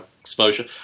exposure